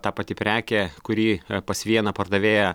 ta pati prekė kuri pas vieną pardavėją